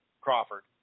Crawford